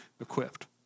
equipped